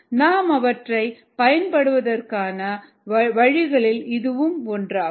நாம் அவற்றைப் பயன்படுத்துவதற்கான வழிகளில் இதுவும் ஒன்றாகும்